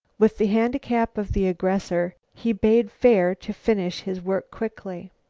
with the handicap of the aggressor, he bade fare to finish his work quickly.